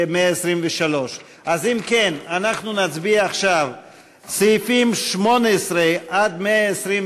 123. אם כן, אנחנו נצביע עכשיו על סעיפים 18 122,